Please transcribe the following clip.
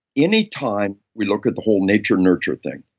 any time we look at the whole nature nurture thing,